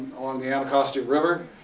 on the anacostia river.